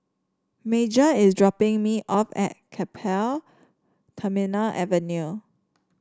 Major is dropping me off at Keppel Terminal Avenue